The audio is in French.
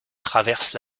traverse